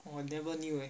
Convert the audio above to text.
!wah! never knew eh